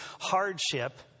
hardship